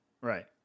Right